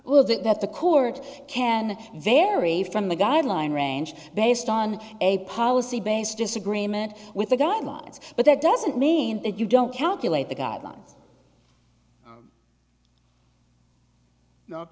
well that that the court can vary from the guideline range based on a policy based disagreement with the guidelines but that doesn't mean that you don't calculate the guidelines